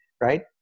Right